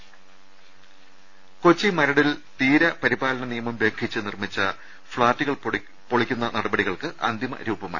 അക്ഷമങ്ങളെ അങ്ങ കൊച്ചി മരടിൽ തീരപരിപാലന നിയമം ലംഘിച്ച് നിർമ്മിച്ച ഫ്ളാറ്റുകൾ പൊളിക്കുന്ന നടപടികൾക്ക് അന്തിമരൂപമായി